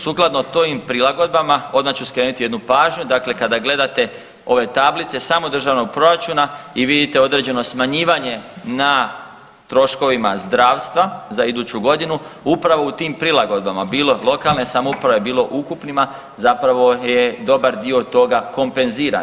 Sukladno tim prilagodbama odmah ću skrenuti jednu pažnju, dakle kada gledate ove tablice samo državnog proračuna i vidite određeno smanjivanje na troškovima zdravstva za iduću godinu upravo u tim prilagodbama bilo lokalne samouprave, bilo ukupnima zapravo je dobar dio toga kompenziran.